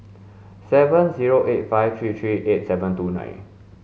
seven zero eight five three three eight seven two nine